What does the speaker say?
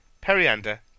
Periander